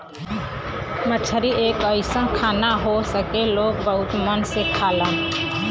मछरी एक अइसन खाना हौ जेके लोग बहुत मन से खालन